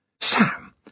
Sam